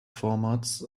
formats